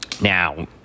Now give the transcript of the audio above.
Now